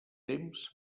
temps